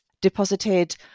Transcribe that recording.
deposited